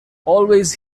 always